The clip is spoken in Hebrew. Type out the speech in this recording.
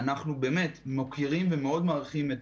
אנחנו באמת מוקירים ומאוד מעריכים את